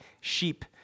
sheep